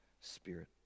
spirit